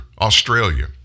Australia